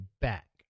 back